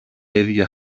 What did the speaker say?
ίδια